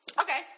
Okay